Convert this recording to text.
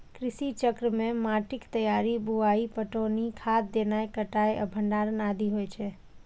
कृषि चक्र मे माटिक तैयारी, बुआई, पटौनी, खाद देनाय, कटाइ आ भंडारण आदि होइ छै